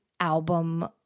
album